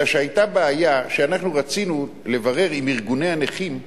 אלא שהיתה בעיה שאנחנו רצינו לברר עם ארגוני הנכים,